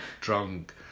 drunk